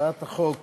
הצעת החוק